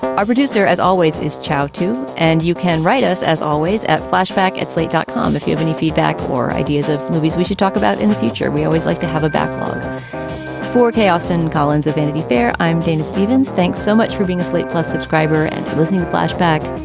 our producer, as always, is chow, too. and you can write us, as always at flashback at slate dot com. if you have any feedback or ideas of movies we should talk about in the future. we always like to have a backlog forecast in collins of vanity fair. i'm dana stevens. thanks so much for being a slate plus subscriber and listening flashback.